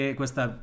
questa